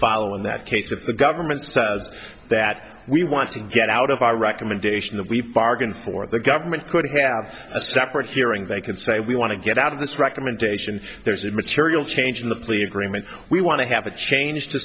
follow in that case that the government says that we want to get out of our recommendation that we bargain for the government we have a separate hearing they can say we want to get out of this recommendation there's a material change in the plea agreement we want to have a change to